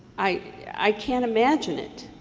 i yeah i can't imagine it.